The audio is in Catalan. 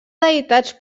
deïtats